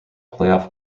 playoff